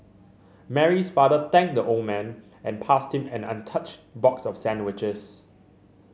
Mary's father thanked the old man and passed him an untouched box of sandwiches